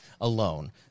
alone